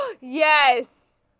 Yes